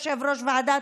יושב-ראש הוועדה